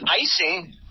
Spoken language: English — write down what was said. icing